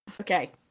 Okay